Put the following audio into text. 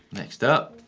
next up.